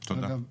תודה.